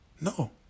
No